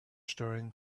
staring